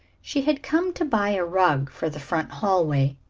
she had come to buy a rug for the front hallway,